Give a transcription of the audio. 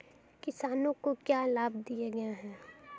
किसानों को क्या लाभ दिए गए हैं?